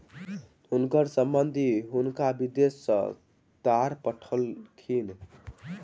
हुनकर संबंधि हुनका विदेश सॅ तार पठौलखिन